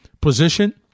position